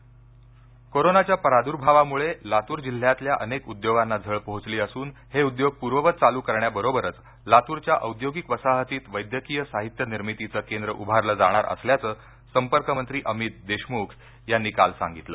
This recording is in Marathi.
लातूर कोरोनाच्या प्रार्दुभावामुळे लातूर जिल्ह्यातल्या अनेक उद्योगांना झळ पोहचली असून हे उद्योग पूर्ववत चालू करण्याबरोबरच लातूरच्या औद्योगिक वसाहतीत वैद्यकीय साहित्य निर्मितीचं केंद्र उभारलं जाणार असल्याचं संपर्क मंत्री अमित देशमुख यांनी काल सांगितलं